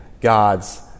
God's